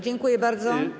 Dziękuję bardzo.